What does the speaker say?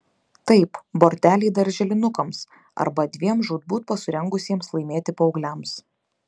taip borteliai darželinukams arba dviem žūtbūt pasirengusiems laimėti paaugliams